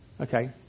Okay